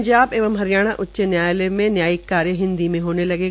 पंजाब एवं हरियाणा उच्च न्यायालय में न्यायिक कार्य हिन्दी में होने लगे